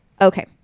okay